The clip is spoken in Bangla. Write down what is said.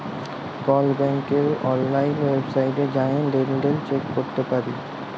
কল ব্যাংকের অললাইল ওয়েবসাইটে জাঁয়ে লেলদেল চ্যাক ক্যরতে পারি